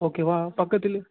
ஓகேவா பக்கத்திலே